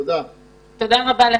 תודה,